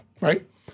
right